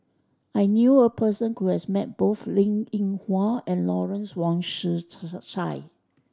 I knew a person who has met both Linn In Hua and Lawrence Wong Tsai